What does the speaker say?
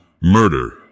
murder